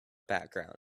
background